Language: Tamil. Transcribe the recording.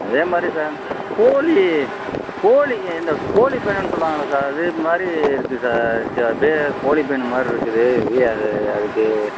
அதே மாதிரி சார் இந்த கோழி கோழிக்கி இந்த கோழிப் பேனுன்னு சொல்லுவாங்கள்ல சார் அது மாதிரி இருக்குது சார் அப்டி கோழிப் பேனு மாதிரி இருக்குது இது அது அதுக்கு